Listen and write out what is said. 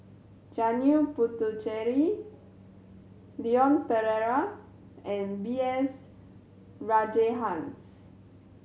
Janil Puthucheary Leon Perera and B S Rajhans